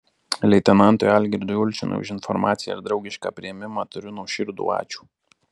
leitenantui algirdui ulčinui už informaciją ir draugišką priėmimą tariu nuoširdų ačiū